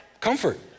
Comfort